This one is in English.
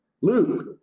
Luke